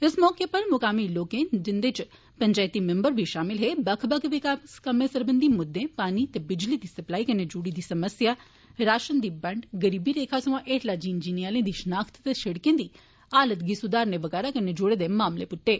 इस मौके उप्पर मुकामी लोकें जिंदे इच पंचैत मिम्बर बी षामल हे बक्ख बक्ख विकास कम्में सरबंधी मुद्दे पानी ते बिजली दी सप्लाई कन्नै जुड़ी दी समस्या राषन दी बंड गरीबी रेखा सोयां हेठला जीवन जीने आलें दी षिनाख्त ते षिड़कें दी हालत गी सुधारनें वगैरा कन्नै जुड़े दे मामले पुट्टे